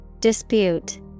Dispute